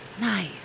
Nice